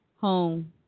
home